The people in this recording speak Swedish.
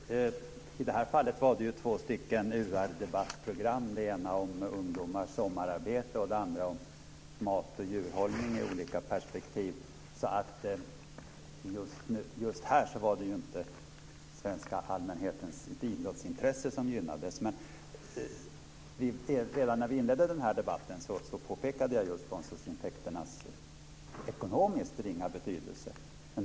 Fru talman! I det här fallet var det två UR debattprogram, det ena om ungdomars sommararbete och det andra om mat och djurhållning i olika perspektiv, så just här var det inte svenska allmänhetens idrottsintresse som gynnades. Redan i inledningen av den här debatten påpekade jag just sponsorsintäkternas ekonomiskt ringa betydelse.